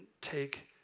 take